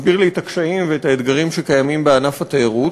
הסביר לי את הקשיים ואת האתגרים שקיימים בענף התיירות,